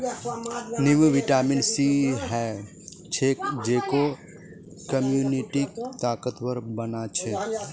नींबूत vitamin C ह छेक जेको इम्यूनिटीक ताकतवर बना छेक